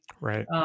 right